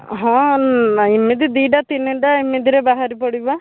ହଁ ନାଁ ଏମିତି ଦୁଇଟା ତିନିଟା ଏମିତିରେ ବାହାରି ପଡ଼ିବା